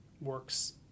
works